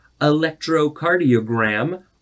electrocardiogram